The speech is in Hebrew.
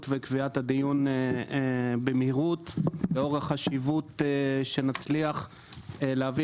ועל קביעת הדיון במהירות לאור החשיבות שנצליח להביא